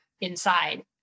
inside